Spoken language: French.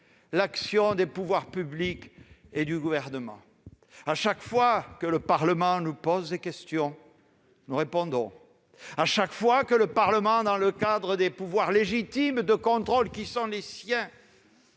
-l'action des pouvoirs publics et du Gouvernement. Chaque fois que le Parlement nous pose des questions, nous répondons. Chaque fois que le Parlement, dans le cadre des pouvoirs légitimes de contrôle qui sont les siens,